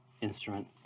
instrument